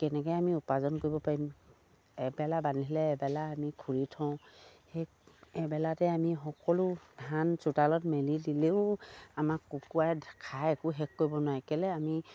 কেনেকে আমি উপাৰ্জন কৰিব পাৰিম এবেলা বান্ধিলে এবেলা আমি ঘূৰি থওঁ সেই এবেলাতে আমি সকলো ধান চোতালত মেলি দিলেও আমাক কুকুৰাই খাই একো শেষ কৰিব নোৱাৰে কেলে আমি